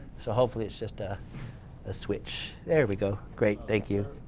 so hopefully it's just a ah switch. there we go. great. thank you.